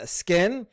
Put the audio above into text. skin